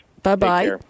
Bye-bye